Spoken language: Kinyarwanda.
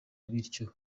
bityo